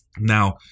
Now